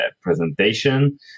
presentation